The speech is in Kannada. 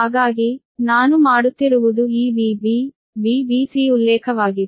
ಹಾಗಾಗಿ ನಾನು ಮಾಡುತ್ತಿರುವುದು ಈ Vb Vbc ಈ ಉಲ್ಲೇಖವಾಗಿದೆ